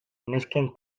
nesken